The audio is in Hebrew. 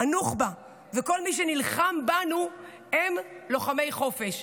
הנוח'בה וכל מי שנלחם בנו הם לוחמי חופש.